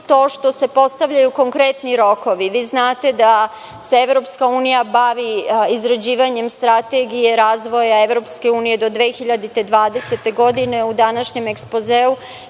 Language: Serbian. to što se postavljaju konkretni rokovi. Vi znate da se Evropska unija bavi izgrađivanjem strategije do 2020. godine. U današnjem Ekspozeu,